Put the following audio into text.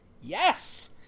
Yes